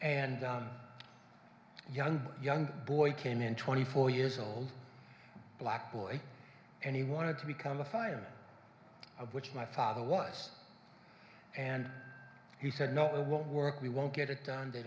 and young young boy came in twenty four years old black boy and he wanted to become a fireman of which my father was and he said no it won't work we won't get it done they